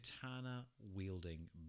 katana-wielding